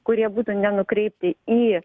kurie būtų nenukreipti į